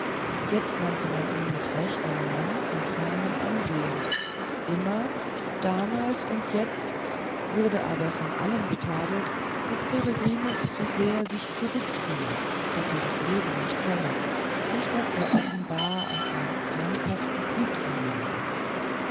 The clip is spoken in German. jetzt nannte man ihn mit recht einen mann von feinem ansehen immer damals und jetzt wurde aber von allen getadelt daß peregrinus zu sehr sich zurückziehe daß er das leben nicht kenne und daß er offenbar an einem krankhaften trübsinn leide